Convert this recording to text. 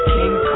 King